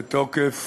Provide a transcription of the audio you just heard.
בתוקף